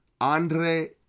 Andre